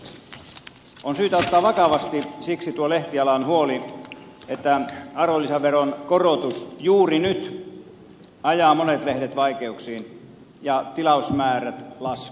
siksi on syytä ottaa vakavasti tuo lehtialan huoli että arvonlisäveron korotus juuri nyt ajaa monet lehdet vaikeuksiin ja tilausmäärät laskuun